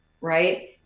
right